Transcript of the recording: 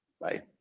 Bye